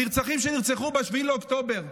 הנרצחים שנרצחו ב-7 באוקטובר,